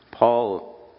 Paul